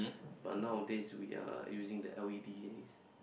but nowadays we are using the L_E_D